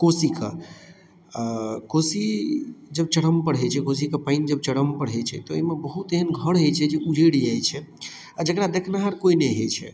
कोसीकऽ आ कोसी जब चरमपर रहै कोसीके पाइन जब चरम पर रहै छै तऽ बहुत एहेन घर रहै छै जे उजैड़ जाइ छै आ जकरा देखनाहार कोइ नै से हइ छै